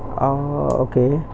orh okay